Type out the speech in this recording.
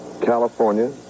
California